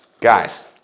guys